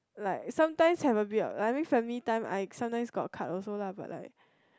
like sometimes have a bit I mean like family time I sometimes got cut also lah but like